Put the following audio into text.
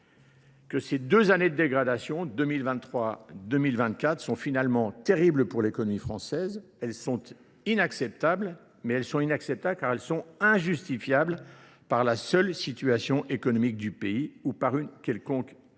que ces deux années de dégradation, 2023 et 2024, sont finalement terribles pour l'économie française. Elles sont inacceptables, mais elles sont inacceptables car elles sont injustifiables par la seule situation économique du pays ou par une quelconque crise,